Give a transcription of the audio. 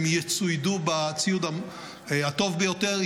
הם יצוידו בציוד הטוב ביותר,